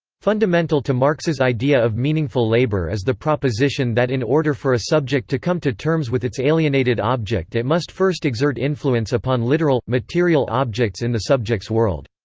fundamental to marx's idea of meaningful labour is the proposition that in order for a subject to come to terms with its alienated object it must first exert influence upon literal, material objects in the subject's world.